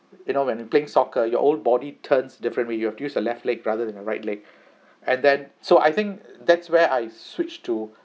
you know when we playing soccer you whole body turns different way you have to use the left leg rather than the right leg and then so I think that's where I switched to